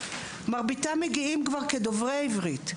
מרביתם מגיעים כבר כדוברי עברית,